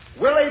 Willie